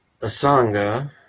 Asanga